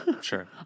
sure